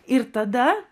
ir tada